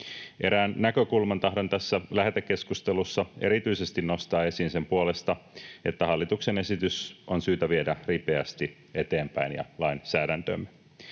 Erään näkökulman tahdon tässä lähetekeskustelussa erityisesti nostaa esiin sen puolesta, että hallituksen esitys on syytä viedä ripeästi eteenpäin ja lainsäädäntöömme.